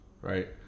right